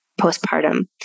postpartum